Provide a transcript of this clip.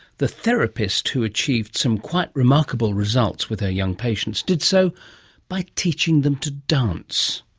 the therapist who achieved some quite remarkable results with her young patients did so by teaching them to dance.